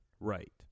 Right